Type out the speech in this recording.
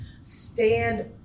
stand